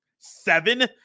seven